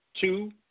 Two